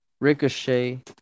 Ricochet